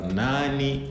nani